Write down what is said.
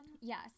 yes